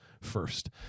first